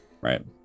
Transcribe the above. Right